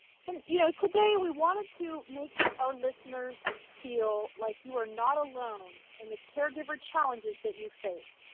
you know, today we wanted to make our listeners feel like you are not alone in the caregiver challenges that you face.